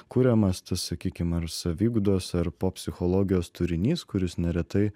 kuriamas tas sakykim ar saviugdos ar pop psichologijos turinys kuris neretai